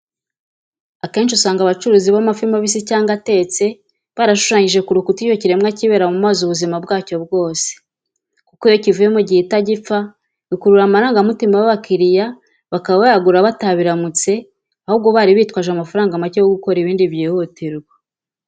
Akenshi usanga abacuruzi b'amafi mabisi cyangwa atetse barashushanyije ku rukuta icyo kiremwa kibera mu mazi ubuzima bwacyo bwose, kuko iyo kivuyemo gihita gipfa, bikurura amarangamutima y'abakiriya, bakaba bayagura batabiramutse, ahubwo bari bitwaje amafaranga macye yo gukora ibindi byihutirwa.